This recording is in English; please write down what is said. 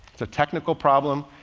it's a technical problem.